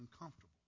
uncomfortable